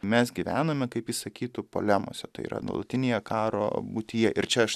mes gyvename kaip jis sakytų polemose tai yra nuolatinėje karo būtyje ir čia aš